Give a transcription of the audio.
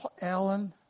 Alan